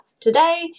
Today